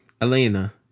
Elena